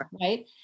right